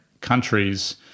countries